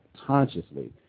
consciously